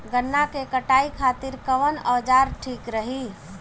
गन्ना के कटाई खातिर कवन औजार ठीक रही?